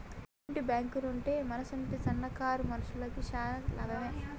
గిసుంటి బాంకులుంటే మనసుంటి సన్నకారు మనుషులకు శాన లాభమే